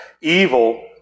Evil